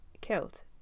killed